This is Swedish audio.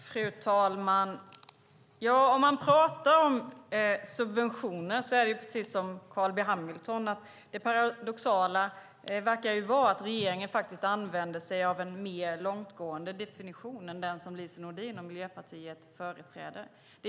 Fru talman! När man pratar om subventioner är det precis som Carl B Hamilton sade, nämligen att det paradoxala verkar vara att regeringen använder sig av en mer långtgående definition än den som Lise Nordin och Miljöpartiet företräder.